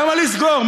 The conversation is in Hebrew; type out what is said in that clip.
למה לסגור?